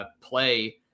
play